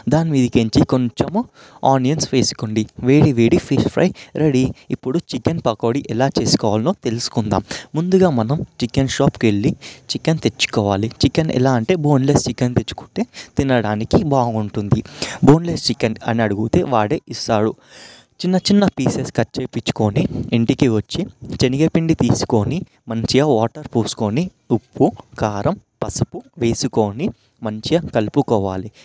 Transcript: దాని మీదినుంచి కొంచెం ఆనియన్స్ వేసుకోండి వేడి వేడి ఫిష్ ఫ్రై రెడీ ఇప్పుడు చికెన్ పకోడీ ఎలా చేసుకోవాలో తెలుసుకుందాము ముందుగా మనం చికెన్ షాప్కి వెళ్ళి చికెన్ తెచ్చుకోవాలి చికెన్ ఎలా అంటే బోన్లెస్ చికెన్ తెచ్చుకుంటే తినడానికి బాగుంటుంది బోన్లెస్ చికెన్ అని అడిగితే వాడే ఇస్తాడు చిన్నచిన్న పీసెస్ కట్ చేపించుకొని ఇంటికి వచ్చి శనగ పిండి తీసుకొని మంచిగా వాటర్ పోసుకొని ఉప్పు కారం పసుపు వేసుకొని మంచిగా కలుపుకోవాలి